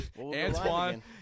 Antoine